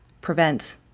prevent